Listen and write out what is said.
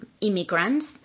immigrants